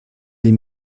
des